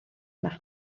yma